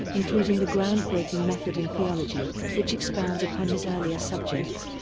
including the groundbreaking method in theology, which expounds upon his earlier subjects.